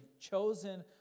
chosen